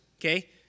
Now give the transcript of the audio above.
Okay